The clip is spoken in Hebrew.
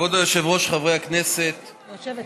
כבוד היושב-ראש, חברי הכנסת, היושבת-ראש.